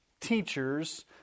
teachers